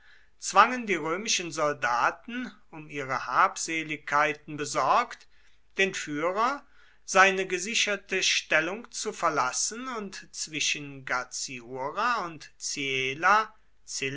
zwangen die römischen soldaten um ihre habseligkeiten besorgt den führer seine gesicherte stellung zu verlassen und zwischen gaziura und